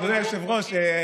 אדוני היושב-ראש,